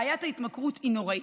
בעיית ההתמכרות היא נוראית.